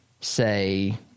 say—